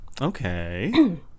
Okay